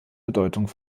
bedeutung